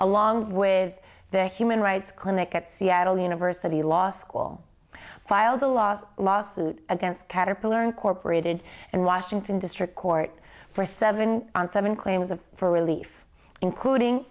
along with the human rights clinic at seattle university law school filed a lawsuit lawsuit against caterpillar incorporated and washington district court for seven on seven claims of for relief including